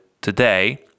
today